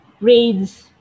raids